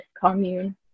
commune